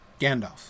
Gandalf